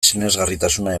sinesgarritasuna